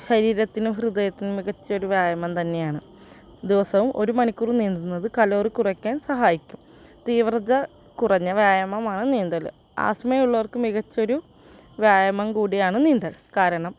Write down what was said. ശരീരത്തിനും ഹൃദയത്തിനും മികച്ചൊരു വ്യായാമം തന്നെയാണ് ദിവസവും ഒരു മണിക്കൂർ നീന്തുന്നത് കലോറി കുറയ്ക്കാൻ സഹായിക്കും തീവ്രത കുറഞ്ഞ വ്യായാമമാണ് നീന്തൽ ആസ്മയുള്ളവർക്ക് മികച്ചൊരു വ്യായാമം കൂടിയാണ് നീന്തൽ കാരണം